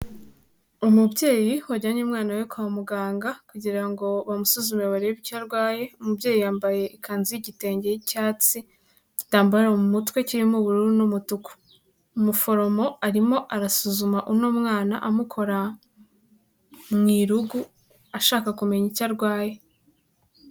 Umubyeyi wajyanye umwana we kwa muganga kugira ngo bamusuzume barebe icyo arwaye, umubyeyi yambaye ikanzu y'igitenge y'icyatsi, igitambaro mu mutwe kirimo ubururu n'umutuku. Umuforomo arimo arasuzuma uno mwana amukora mu irugu ashaka kumenya icyo arwaye.